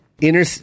Inner